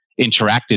interacted